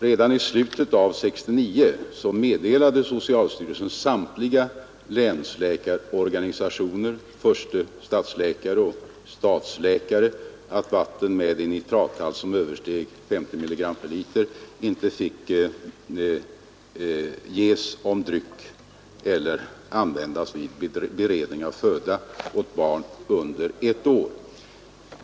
Redan i slutet av 1969 meddelade socialstyrelsen samtliga länsläkarorganisationer, förste stadsläkare och stadsläkare att vatten med en nitrathalt som översteg 50 milligram per liter inte fick ges som dryck eller användas vid beredning av föda åt barn under 1 år.